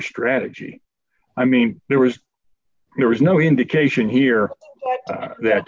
strategy i mean there was there was no indication here that